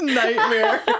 nightmare